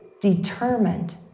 determined